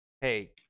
hey